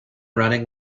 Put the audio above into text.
running